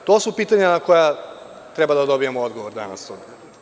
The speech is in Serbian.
To su pitanja na koja treba da dobijemo odgovor danas.